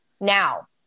Now